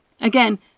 Again